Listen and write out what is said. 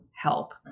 help